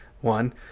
one